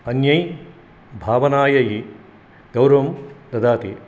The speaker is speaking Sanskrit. अन्यै भावनायै गौरवं ददाति